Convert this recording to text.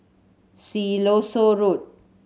Siloso Road